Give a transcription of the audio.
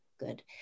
good